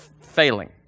failing